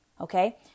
Okay